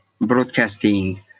broadcasting